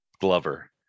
glover